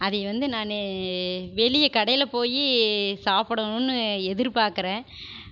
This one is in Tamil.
அதை வந்து நான் வெளியே கடையில போய் சாப்பிடணும்னு எதிர்பார்க்குறேன்